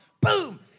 Boom